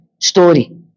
story